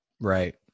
Right